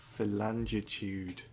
Phalangitude